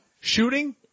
shooting